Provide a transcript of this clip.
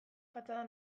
fatxada